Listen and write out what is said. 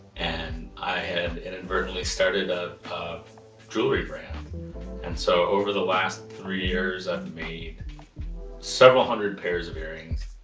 and i and inadvertently started a jewelry brand and so over the last three years, i've made several hundred pairs of earrings.